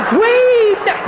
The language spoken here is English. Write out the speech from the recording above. wait